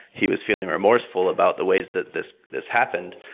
he was feeling remorseful about the ways that this this happened.